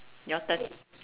your turn